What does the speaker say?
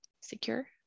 secure